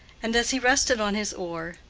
and, as he rested on his oar,